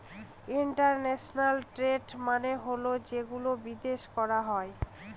international trade মানে হল যেগুলো বিদেশে করা হয়